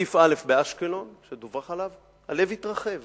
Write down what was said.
מקיף א' באשקלון, שדווח עליו, הלב התרחב